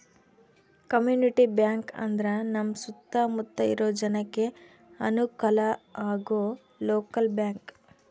community bank ಅಂದ್ರ ನಮ್ ಸುತ್ತ ಮುತ್ತ ಇರೋ ಜನಕ್ಕೆ ಅನುಕಲ ಆಗೋ ಲೋಕಲ್ ಬ್ಯಾಂಕ್